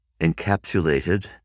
encapsulated